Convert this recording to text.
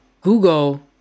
Google